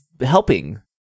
helping